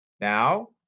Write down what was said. Now